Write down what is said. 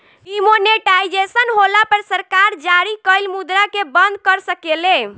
demonetisation होला पर सरकार जारी कइल मुद्रा के बंद कर सकेले